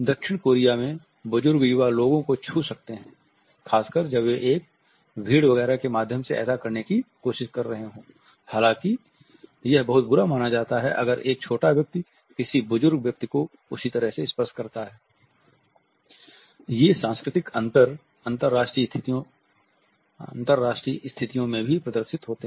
दक्षिण कोरिया में बुजुर्ग युवा लोगों को छू सकते हैं खासकर जब वे एक भीड़ वगैरह के माध्यम से ऐसा करने की कोशिश कर रहे हों हालांकि यह बहुत बुरा माना जाता है अगर एक छोटा व्यक्ति किसी बुजुर्ग व्यक्ति को उसी तरह से स्पर्श करता ये सांस्कृतिक अंतर अंतर्राष्ट्रीय स्थितियों में भी प्रदर्शित होते हैं